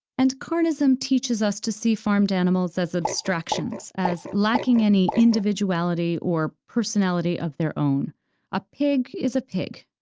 and carnism teaches us to see farmed animals as abstractions, as lacking any individuality or personality of their own a pig is a pig,